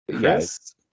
Yes